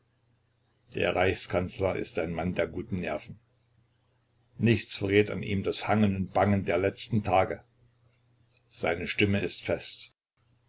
der reichskanzler ist ein mann der guten nerven nichts verrät an ihm das hangen und bangen der letzten tage seine stimme ist fest